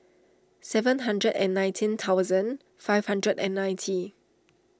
seven hundred and nineteen thousand five hundred and ninety